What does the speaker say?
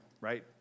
right